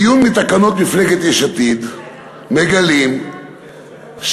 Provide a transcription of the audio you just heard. מעיון בתקנון מפלגת יש עתיד מגלים שההשראה,